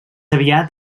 aviat